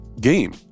game